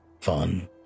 Fun